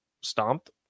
stomped